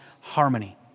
harmony